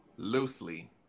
loosely